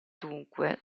dunque